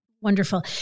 Wonderful